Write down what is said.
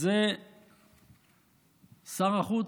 זה שר החוץ.